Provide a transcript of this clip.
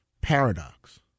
paradox